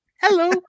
hello